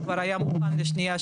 זה כבר היה מוכן לשנייה-שלישית.